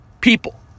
people